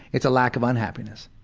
it's a lack of unhappiness.